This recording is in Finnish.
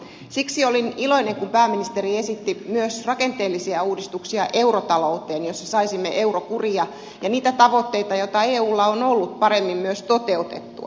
siksi olin iloinen kun pääministeri esitti myös rakenteellisia uudistuksia eurotalouteen jolloin saisimme eurokuria ja niitä tavoitteita joita eulla on ollut paremmin myös toteutettua